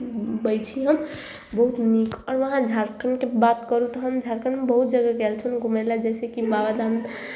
बै छी हम बहुत नीक आओर वहाँ झारखंडके बात करू तऽ हम झारखंडमे बहुत जगह गएल छलहुँ घूमय लए जइसे कि बाबाधाम